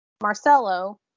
Marcelo